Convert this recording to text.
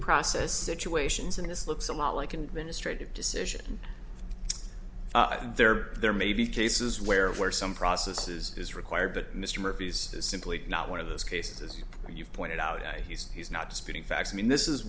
process situations and this looks a lot like an administrative decision and there there may be cases where where some processes is required but mr murphy's is simply not one of those cases as you pointed out he's he's not disputing facts i mean this is